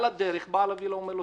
על הדרך בעל הווילה אומר לו: